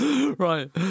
Right